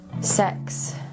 sex